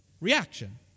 reaction